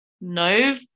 No